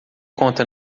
conta